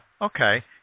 okay